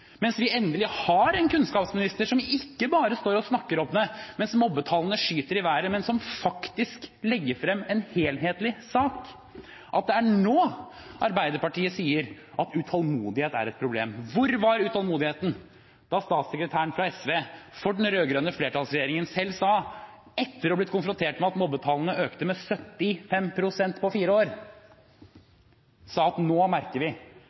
mens vi endelig har en kunnskapsminister som ikke bare står og snakker om det mens mobbetallene skyter i været, men som faktisk legger frem en helhetlig sak – at de sier at utålmodighet er et problem. Hvor var utålmodigheten da statssekretæren fra SV for den rød-grønne flertallsregjeringen selv sa, etter å ha blitt konfrontert med at mobbetallene økte med 75 pst. på fire år, at nå merker vi